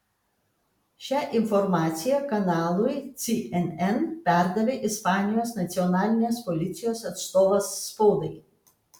šią informaciją kanalui cnn perdavė ispanijos nacionalinės policijos atstovas spaudai